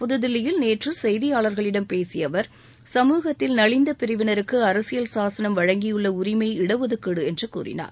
புதுதில்லியில் நேற்று செய்தியாளர்களிடம் பேசிய அவர் சமூகத்தில் நலிந்த பிரிவினருக்கு அரசியல் சாசனம் வழங்கியுள்ள உரிமை இடஒதுக்கீடு என்று கூறினார்